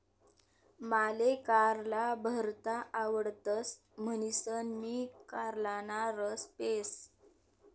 माले कारला भरता आवडतस म्हणीसन मी कारलाना रस पेस